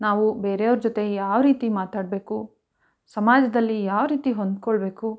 ನಾವು ಬೇರೆಯವ್ರ ಜೊತೆ ಯಾವ ರೀತಿ ಮಾತಾಡಬೇಕು ಸಮಾಜದಲ್ಲಿ ಯಾವ ರೀತಿ ಹೊಂದಿಕೊಳ್ಬೇಕು